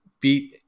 beat